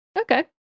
Okay